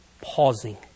pausing